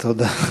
תודה.